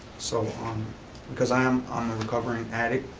so um because i am um a recovering addict,